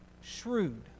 shrewd